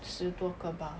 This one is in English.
十多个 bah